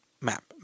map